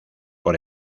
por